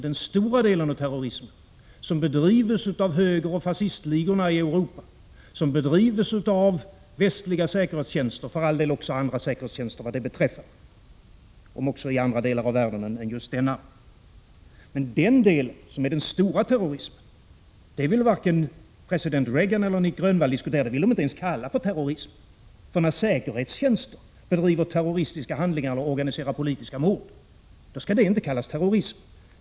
Den stora delen av terrorismen, som bedrivs av högeroch fascistligorna i Europa och av västliga säkerhetstjänster — och för all del också av andra, vad det beträffar, om ock i andra delar av världen — vill varken president Reagan eller Nic Grönvall diskutera eller ens kalla för terrorism. När säkerhetstjänster bedriver terroristiska handlingar och organiserar politiska mord, skall det inte kallas terrorism.